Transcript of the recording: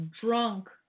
drunk